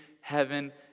heaven